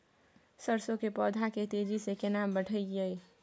सरसो के पौधा के तेजी से केना बढईये?